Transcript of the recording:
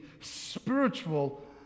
spiritual